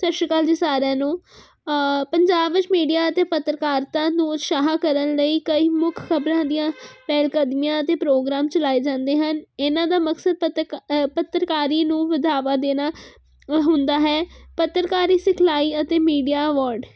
ਸਤਿ ਸ਼੍ਰੀ ਅਕਾਲ ਜੀ ਸਾਰਿਆਂ ਨੂੰ ਪੰਜਾਬ ਵਿੱਚ ਮੀਡੀਆ ਅਤੇ ਪੱਤਰਕਾਰਤਾ ਨੂੰ ਉਤਸ਼ਾਹ ਕਰਨ ਲਈ ਕਈ ਮੁੱਖ ਖਬਰਾਂ ਦੀਆਂ ਪਹਿਲਕਦਮੀਆਂ ਅਤੇ ਪ੍ਰੋਗਰਾਮ ਚਲਾਏ ਜਾਂਦੇ ਹਨ ਇਹਨਾਂ ਦਾ ਮਕਸਦ ਪਤਾ ਪੱਤਰਕਾਰੀ ਨੂੰ ਵਧਾਵਾ ਦੇਣਾ ਹੁੰਦਾ ਹੈ ਪੱਤਰਕਾਰੀ ਸਿਖਲਾਈ ਅਤੇ ਮੀਡੀਆ ਅਵੋਡ